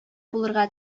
булырга